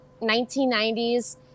1990s